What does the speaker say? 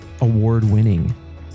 award-winning